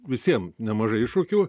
visiem nemažai iššūkių